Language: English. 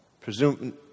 presume